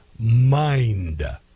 mind